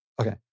Okay